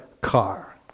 car